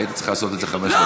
היית צריך לעשות את זה חמש דקות.